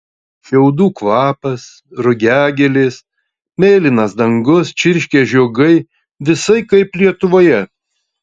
šiaudų kvapas rugiagėlės mėlynas dangus čirškia žiogai visai kaip lietuvoje